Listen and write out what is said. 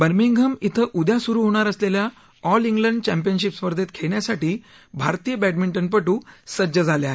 Birmingham शिं उद्या सुरू होणार असलेल्या ऑल शिंड चॅम्पियनशिप स्पर्धेत खेळण्यासाठी भारतीय बॅडमिंटन पटू सज्ज झाले आहेत